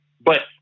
but-